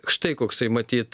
štai koksai matyt